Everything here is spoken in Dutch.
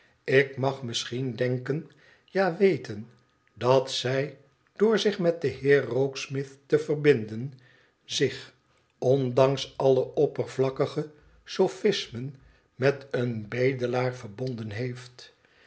ik mag misschien denken ja weten dat zij door zich met den heer rokesmith te verbinden zich ondanks alle oppervlakkige sophismen met een bedelaar verbonden heeft